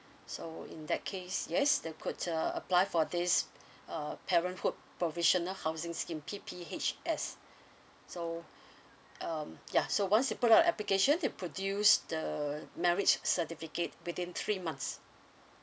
so in that case yes they could uh apply for this uh parenthood provisional housing scheme P_P_H_S so um ya so once you put up an application they produce the marriage certificate within three months